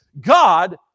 God